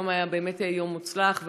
היום היה באמת יום מוצלח,